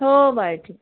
हो बाय ठीक आहे